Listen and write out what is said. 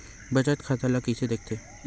बचत खाता ला कइसे दिखथे?